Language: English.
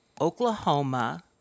Oklahoma